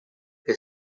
que